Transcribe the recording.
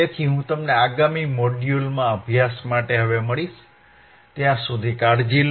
તેથી હું તમને આગામી મોડ્યુલમાં અભ્યાસ માટે મળીશ ત્યાં સુધી કાળજી લો